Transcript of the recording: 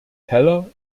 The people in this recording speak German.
teller